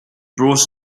brought